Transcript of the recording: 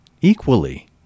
equally